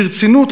ברצינות,